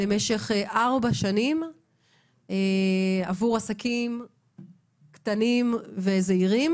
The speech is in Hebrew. למשך ארבע שנים עבור עסקים קטנים וזעירים.